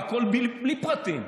והכול בלי פרטים.